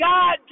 God